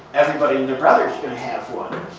everybody and their brother's going to have one.